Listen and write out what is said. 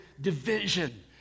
division